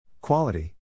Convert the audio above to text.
Quality